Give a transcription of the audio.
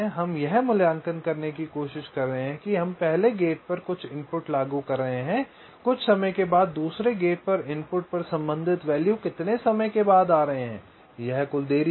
हम यह मूल्यांकन करने की कोशिश कर रहे हैं कि हम पहले गेट पर कुछ इनपुट लागू कर रहे हैं कुछ समय के बाद दूसरे गेट के इनपुट पर संबंधित वैल्यू कितने समय के बाद आ रहे हैं यह कुल देरी है